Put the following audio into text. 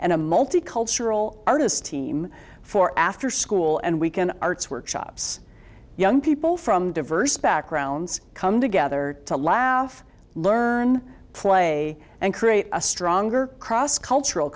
and a multicultural artist team for after school and weekend arts workshops young people from diverse backgrounds come together to laugh learn play and create a stronger cross cultural